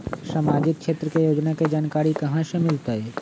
सामाजिक क्षेत्र के योजना के जानकारी कहाँ से मिलतै?